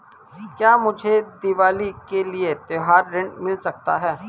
क्या मुझे दीवाली के लिए त्यौहारी ऋण मिल सकता है?